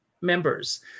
members